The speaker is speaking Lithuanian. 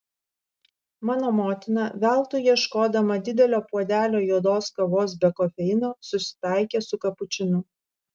mano motina veltui ieškodama didelio puodelio juodos kavos be kofeino susitaikė su kapučinu